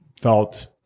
felt